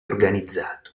organizzato